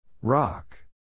Rock